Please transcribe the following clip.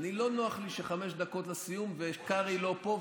לא נוח לי שחמש דקות לסיום וקרעי לא פה,